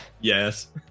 Yes